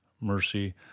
mercy